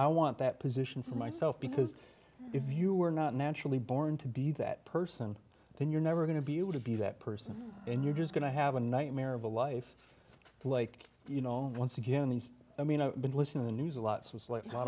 i want that position for myself because if you were not naturally born to be that person then you're never going to be able to be that person and you're just going to have a nightmare of a life like you know once again these i mean i've been listening the news a lot so it's like